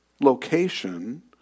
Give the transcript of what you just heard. location